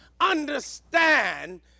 understand